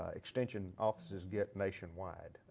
ah extension offices get nation wide.